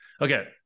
Okay